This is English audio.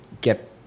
get